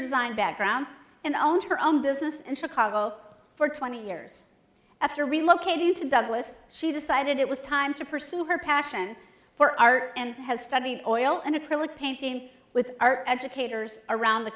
design background and on her own business and chicago for twenty years after relocating to douglas she decided it was time to pursue her passion for art and has studied oil and acrylic painting with our educators around the